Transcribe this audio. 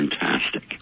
fantastic